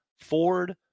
Ford